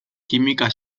kimika